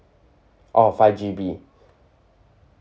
orh five G_B